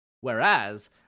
Whereas